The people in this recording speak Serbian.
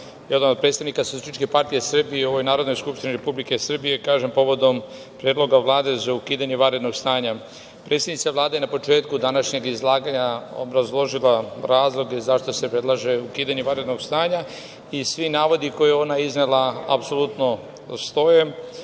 jedan od predstavnika Socijalističke partije Srbije u ovoj Narodnoj skupštini Republike Srbije kažem povodom Predloga Vlade za ukidanje vanrednog stanja. Predsednica Vlade je na početku današnjeg izlaganja obrazložila razloge zašto se predlaže ukidanje vanrednog stanja i svi navodi koje je ona iznela apsolutno stoje.